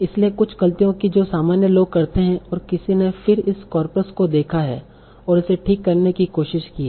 इसलिए कुछ गलतियाँ कीं जो सामान्य लोग करते हैं और किसी ने फिर इस कॉर्पस को देखा है और इसे ठीक करने की कोशिश की है